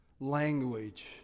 Language